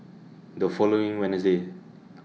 The following Wednesday